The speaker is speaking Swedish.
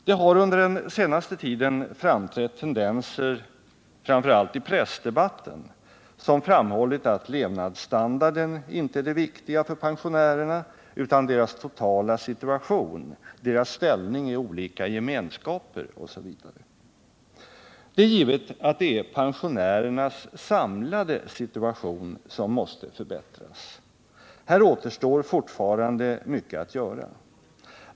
Det har under den senaste tiden framträtt tendenser, framför allt i pressdebatten, som framhållit att levnadsstandarden inte är det viktiga för pensionärerna, utan att det viktiga är deras totala situation, deras ställning i olika gemenskaper osv. Det är givet att det är pensionärernas samlade situation som måste förbättras. Här återstår fortfarande mycket att göra.